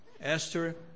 Esther